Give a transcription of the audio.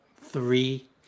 three